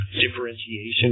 differentiation